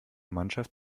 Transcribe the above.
mannschaft